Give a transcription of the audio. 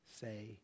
say